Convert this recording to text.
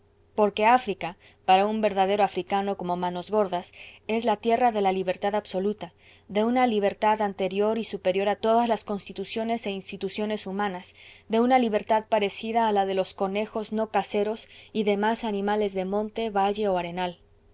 porque áfrica para un verdadero africano como manos gordas es la tierra de la libertad absoluta de una libertad anterior y superior a todas las constituciones e instituciones humanas de una libertad parecida a la de los conejos no caseros y demás animales de monte valle o arenal